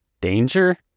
Danger